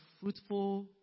fruitful